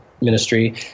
ministry